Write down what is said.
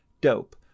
Dope